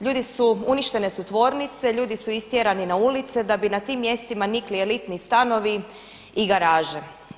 Ljudi su, uništene su tvornice, ljudi su istjerani na ulice da bi na tim mjestima nikli elitni stanovi i garaže.